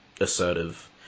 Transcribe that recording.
assertive